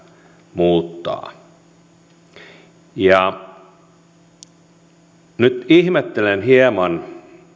muuttaa nyt ihmettelen hieman